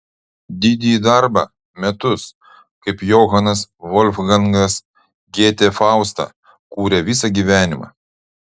didįjį darbą metus kaip johanas volfgangas gėtė faustą kūrė visą gyvenimą